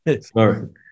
sorry